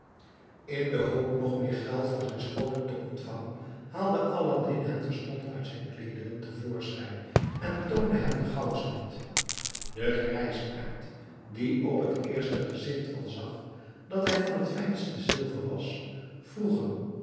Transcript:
in de hoop nog meer geld voor zijn schotel te ontvangen haalde aladdin hem terstond uit zijn kleederen te voorschijn en toonde hem den goudsmid de grijsaard die op t eerste gezicht al zag dat hij van t fijnste zilver was vroeg